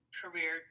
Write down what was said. career